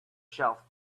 shelf